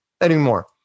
anymore